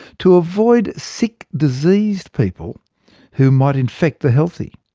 to avoid sick diseased people who might infect the healthy.